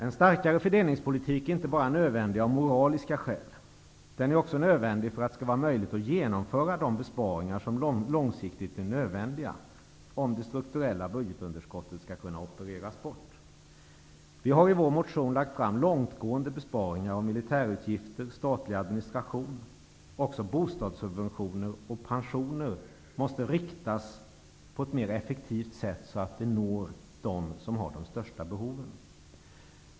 En starkare fördelningspolitik är inte bara av moraliska skäl nödvändig, utan den är också nödvändig för att kunna genomföra de besparingar som långsiktigt är nödvändiga, om det strukturella budgetsunderskottet skall kunna opereras bort. Vi har i vår motion lagt fram långtgående besparingsförslag om militärutgifter och statlig administration. Också bostadssubventioner och pensioner måste riktas på ett mer effektivt sätt, så att de når dem med de största behoven.